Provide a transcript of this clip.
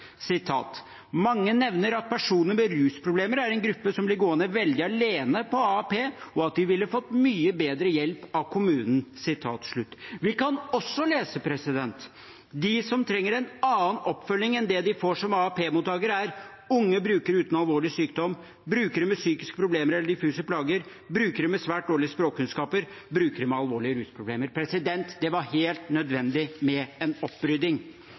nevner at personer med rusproblemer er en gruppe som blir gående veldig alene på AAP, og at de ville fått mye bedre hjelp av kommunen.» Og videre: «De som trenger en annen oppfølging enn det de får som AAP-mottaker er unge brukere uten alvorlig sykdom, brukere med psykiske problemer eller diffuse plager, brukere med svært dårlige språkkunnskaper, brukere med alvorlige rusproblemer.» Det var helt nødvendig med en opprydding.